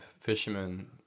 fishermen